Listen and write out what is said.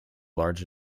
large